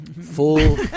Full